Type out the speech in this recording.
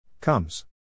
Comes